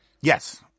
Yes